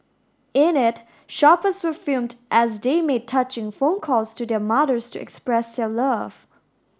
in it shoppers were filmed as they made touching phone calls to their mothers to express their love